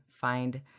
find